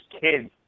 kids